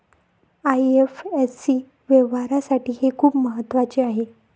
IFSC व्यवहारासाठी हे खूप महत्वाचे आहे